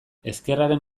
ezkerraren